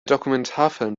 dokumentarfilm